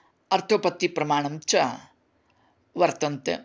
अर्थापत्तिप्रमाणं च वर्तन्ते